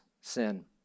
sin